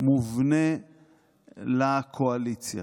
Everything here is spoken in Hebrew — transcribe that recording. מובנה לקואליציה.